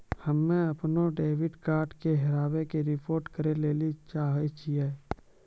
हम्मे अपनो डेबिट कार्डो के हेराबै के रिपोर्ट करै लेली चाहै छियै